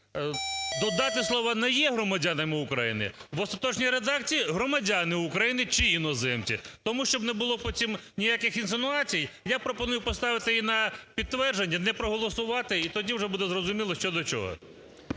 додати слова "не є громадянами України" в остаточній редакції "громадяни України чи іноземці". Тому, щоб не було потім ніяких інсинуацій, я пропоную поставити її на підтвердження, не проголосувати, і тоді вже буде зрозуміло що до чого.